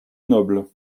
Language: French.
noble